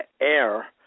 Air